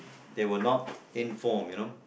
they were not informed you know